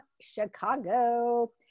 Chicago